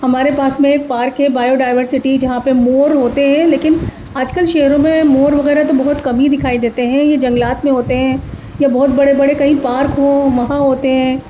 ہمارے پاس میں ایک پارک ہے بایو ڈائیورسٹی جہاں پہ مور ہوتے ہیں لیکن آج کل شہروں میں مور وغیرہ تو بہت کم ہی دکھائی دیتے ہیں یہ جنگلات میں ہوتے ہیں یا بہت بڑے بڑے کہیں پارک ہوں وہاں ہوتے ہیں